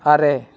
ᱟᱨᱮ